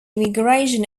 immigration